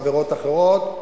חברות אחרות,